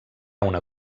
una